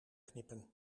knippen